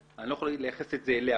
אני לא יכול לייחס את זה אליה,